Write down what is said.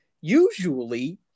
usually